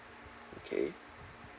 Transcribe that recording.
okay